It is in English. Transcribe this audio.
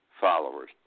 followers